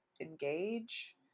engage